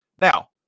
Now